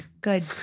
Good